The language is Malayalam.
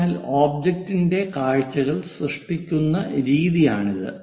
അതിനാൽ ഒബ്ജക്റ്റിന്റെ കാഴ്ചകൾ സൃഷ്ടിക്കുന്ന രീതിയാണിത്